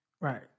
Right